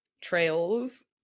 trails